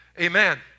Amen